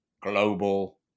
global